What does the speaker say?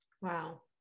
Wow